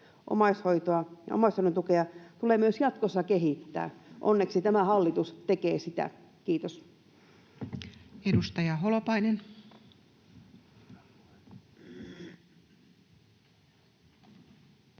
Omaishoitoa ja omaishoidon tukea tulee myös jatkossa kehittää. Onneksi tämä hallitus tekee sitä. — Kiitos. [Speech 216]